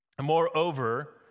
moreover